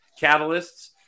catalysts